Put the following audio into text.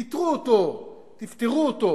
תפטרו אותו,